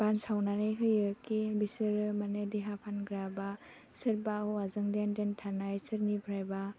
बानसावनानै होयो खि बिसोरो माने देहा फानग्रा बा सोरबा हौवाजों लेन देन थानाय सोरनिफ्रायबा